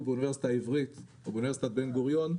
באוניברסיטה העברית או באוניברסיטת ת בן גוריון,